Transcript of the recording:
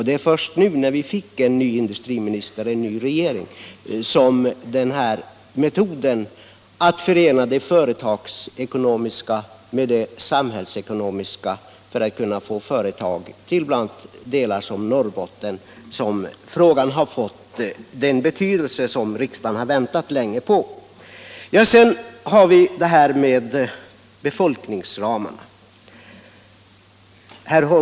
Det är först nu, när vi fått en ny regering och en ny industriminister som den här metoden, nämligen att förena det företagsekonomiska med det samhällsekonomiska, aktualiserats för att få företag till landsdelar som Norrbotten och att den nu fått den betydelse som riksdagen länge väntat på. Så till befolkningsramarna!